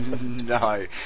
No